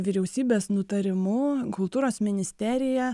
vyriausybės nutarimu kultūros ministerija